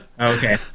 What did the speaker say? Okay